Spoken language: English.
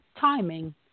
timing